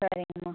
சரிங்கம்மா